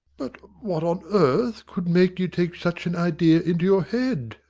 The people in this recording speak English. but what on earth could make you take such an idea into your head?